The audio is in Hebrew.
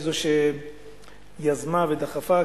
היא זאת שיזמה ודחפה,